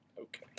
Okay